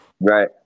Right